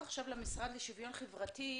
בבקשה, מהמשרד לשוויון חברתי.